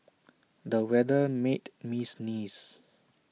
the weather made me sneeze